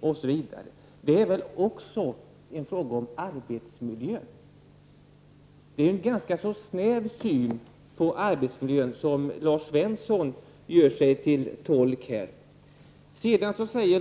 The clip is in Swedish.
osv., är väl också frågor om arbetsmiljö? Lars Svensson gör sig till tolk för en ganska snäv syn på arbetsmiljön.